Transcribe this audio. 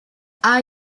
are